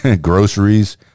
Groceries